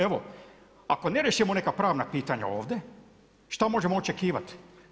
Evo, ako ne riješimo neka pravna pitanja ovdje šta možemo očekivati?